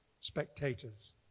spectators